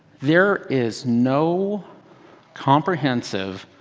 there is no comprehensive,